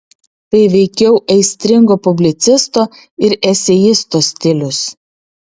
tai veikiau aistringo publicisto ir eseisto stilius